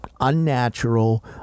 unnatural